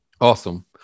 Awesome